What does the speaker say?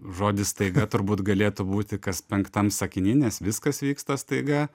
žodis staiga turbūt galėtų būti kas penktam sakiny nes viskas vyksta staiga